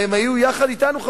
והם היו יחד אתנו,